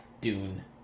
dune